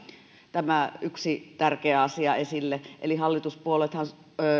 tämä yksi tärkeä asia esille hallituspuolueethan